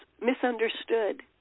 misunderstood